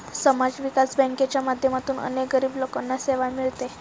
समाज विकास बँकांच्या माध्यमातून अनेक गरीब लोकांना सेवा मिळते